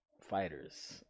Fighters